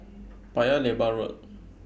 Paya Lebar Road